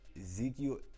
Ezekiel